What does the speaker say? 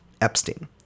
Epstein